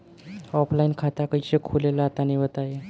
Offline खाता कइसे खुले ला तनि बताई?